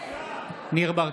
בעד ניר ברקת,